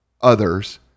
others